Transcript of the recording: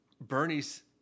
Bernie's